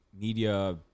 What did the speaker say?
media